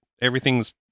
everything's